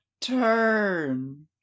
turn